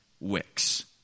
wicks